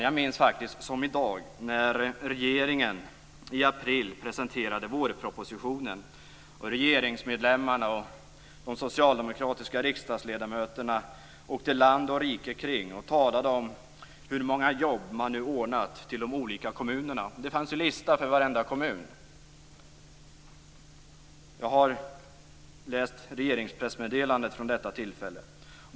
Jag minns faktiskt som i dag när regeringen i april presenterade vårpropositionen. Regeringsmedlemmarna och de socialdemokratiska riksdagsledamöterna åkte land och rike kring och talade om hur många jobb man nu ordnat till de olika kommunerna. Det fanns en lista för varenda kommun. Jag har läst regeringens pressmeddelande från detta tillfälle.